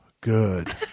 good